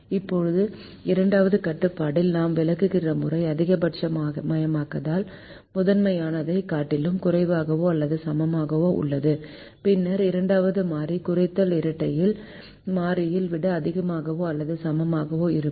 இப்போது இரண்டாவது கட்டுப்பாட்டில் நாம் விளக்கும் முறை அதிகபட்சமயமாக்கல் முதன்மையானதைக் காட்டிலும் குறைவாகவோ அல்லது சமமாகவோ உள்ளது பின்னர் இரண்டாவது மாறி குறைத்தல் இரட்டையரில் மாறியை விட அதிகமாகவோ அல்லது சமமாகவோ இருக்கும்